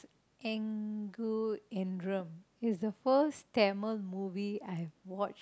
Angoor is the first Tamil movie I've watch